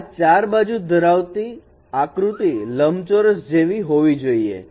આ 4 બાજુ ધરાવતી આકૃતિ લંબચોરસ જેવી હોવી જોઈએ